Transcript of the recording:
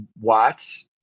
watts